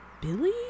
Billy